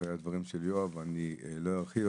אחרי הדברים של יואב אני לא ארחיב,